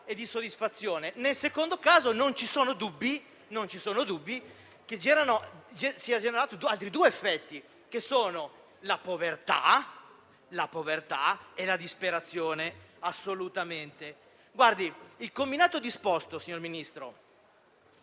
e di soddisfazione, nel secondo caso non ci sono dubbi che vengano generati altri due effetti che sono la povertà e la disperazione. Il combinato disposto, signor Ministro...